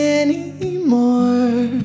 anymore